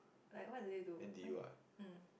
like what do they do why um